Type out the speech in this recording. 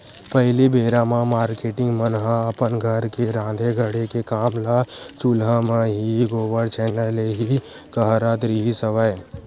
पहिली बेरा म मारकेटिंग मन ह अपन घर के राँधे गढ़े के काम ल चूल्हा म ही, गोबर छैना ले ही करत रिहिस हवय